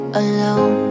alone